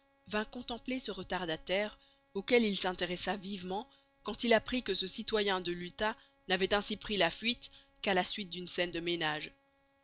vint contempler ce retardataire auquel il s'intéressa vivement quand il apprit que ce citoyen de l'utah n'avait ainsi pris la fuite qu'à la suite d'une scène de ménage